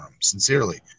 Sincerely